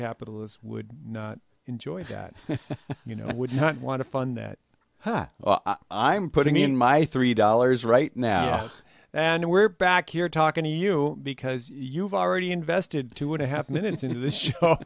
capitalist would enjoy that you know i would not want to fund that ha i'm putting in my three dollars right now and we're back here talking to you because you've already invested two and a half minutes into this s